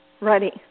ready